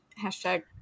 hashtag